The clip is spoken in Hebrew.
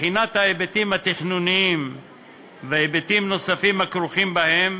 בחינת ההיבטים התכנוניים והיבטים נוספים הכרוכים בהם,